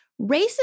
Racism